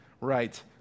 Right